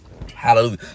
Hallelujah